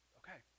okay